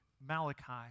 Malachi